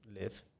live